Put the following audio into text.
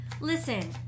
listen